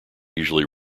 usually